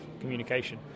communication